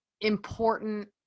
important